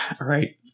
Right